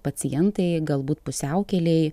pacientai galbūt pusiaukelėj